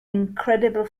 incredible